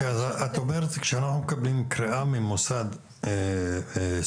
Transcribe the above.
את אומרת שכאשר אתם מקבלים קריאה ממוסד סדור,